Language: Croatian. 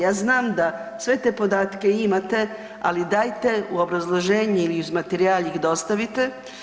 Ja znam da sve te podatke imate, ali dajte u obrazloženju ili uz materijal ih dostavite.